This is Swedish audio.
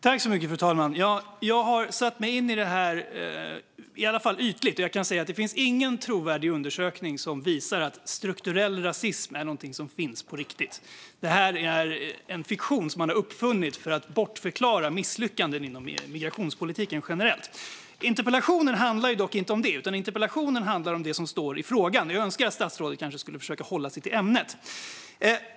Fru talman! Jag har satt mig in i detta i alla fall ytligt, och jag kan säga att det inte finns någon trovärdig undersökning som visar att strukturell rasism finns på riktigt. Det är en fiktion som man har uppfunnit för att bortförklara misslyckanden inom migrationspolitiken generellt. Interpellationen handlar dock inte om detta, utan interpellationen handlar om det som står i frågan. Jag önskar att statsrådet kunde försöka hålla sig till ämnet.